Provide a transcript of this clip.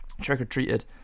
trick-or-treated